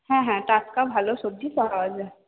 হ্যাঁ হ্যাঁ টাটকা ভালো সবজি পাওয়া যায়